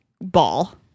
ball